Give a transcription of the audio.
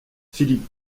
philippe